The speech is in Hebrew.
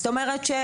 זאת אומרת,